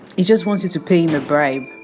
he just wants you to pay him a bribe.